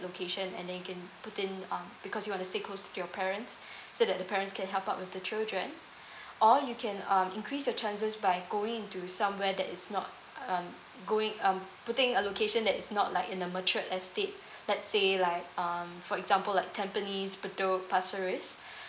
location and then you can put in uh because you want to stay close to your parents so that the parents can help out with the children or you can um increase your chances by going into somewhere that is not um going um putting a location that is not like in a matured estate let's say like um for example like tampines bedok pasir ris